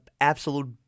absolute